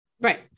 Right